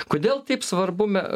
kodėl taip svarbu me